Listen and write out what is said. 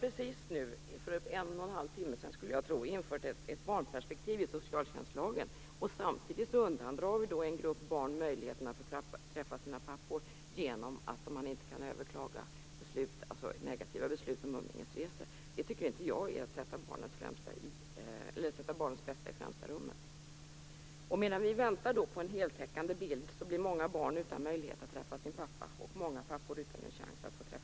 Vi har för en och en halv timme sedan beslutat att införa ett barnperspektiv i socialtjänstlagen, och samtidigt undandrar vi möjligheterna för en grupp barn att få träffa sina pappor, genom att det inte går att överklaga negativa beslut om umgängesresor. Jag tycker inte att det är att sätta barnets bästa i främsta rummet. Medan vi väntar på en heltäckande bild blir många barn utan möjlighet att träffa sina pappor och många pappor utan chans att träffa sina barn.